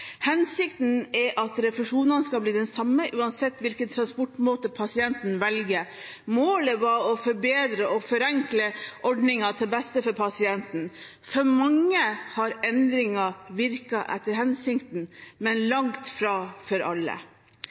Hensikten er at refusjonene skal bli de samme, uansett hvilken transportmåte pasienten velger. Målet var å forbedre og forenkle ordningen til beste for pasienten. For mange har endringen virket etter hensikten, men langt fra for alle.